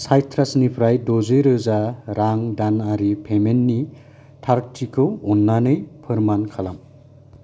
साइट्रासनिफ्राय द'जि रोजा रां दानारि पेमेन्टनि थारथिखौ अन्नानै फोरमान खालाम